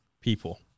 people